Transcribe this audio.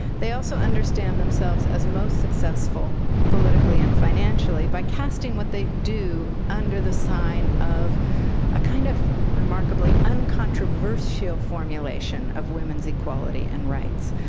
they also understand themselves as most successful politically and financially by casting what they do under the sign of a kind of remarkably uncontroversial formulation of women's equality and rights,